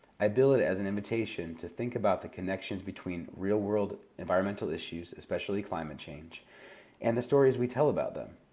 i bill it as an invitation to think about the connections between real-world environmental issues especially climate change and the stories we tell about them.